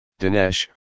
Dinesh